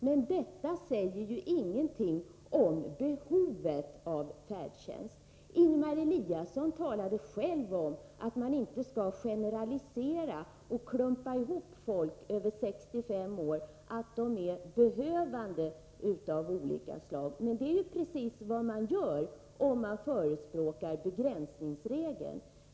Men detta säger ju ingenting om behovet av färdtjänst. Ingemar Eliasson talade själv om att man inte skall generalisera och klumpa ihop folk över 65 år som behövande av olika slag. Men det är precis vad man gör om man förespråkar begränsningsregeln.